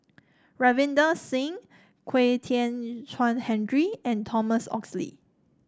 Ravinder Singh Kwek Hian Chuan Henry and Thomas Oxley